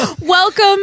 Welcome